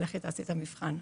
לכי תעשי את המבחן'.